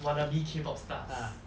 wannabe K pop stars